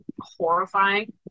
horrifying